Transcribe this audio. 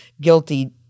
guilty